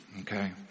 okay